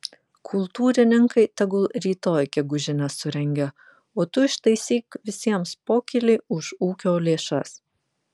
kultūrininkai tegul rytoj gegužinę surengia o tu ištaisyk visiems pokylį už ūkio lėšas